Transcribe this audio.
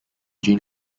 jean